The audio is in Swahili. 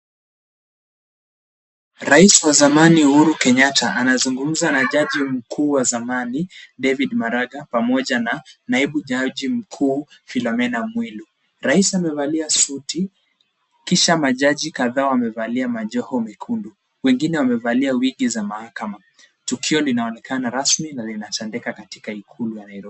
Rais wa zamani Uhuru Kenyatta, anazungumza na jaji mkuu wa zamani David Maraga pamoja na naibu jaji mkuu Philomena Mwilu. Rais amevalia suti, kisha majaji kadhaa wamevalia majoho mekundu. Wengine wamevalia wigi za mahakama. Tukio linaonekana rasmi na linatendeka katika ikulu la Nairobi.